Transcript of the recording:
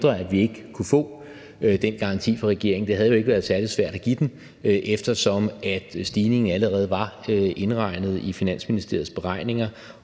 at vi ikke kunne få den garanti fra regeringen. Det havde jo ikke været særlig svært at give den, eftersom stigningen allerede var indregnet i Finansministeriets beregninger